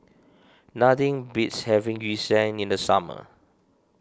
nothing beats having Yu Sheng in the summer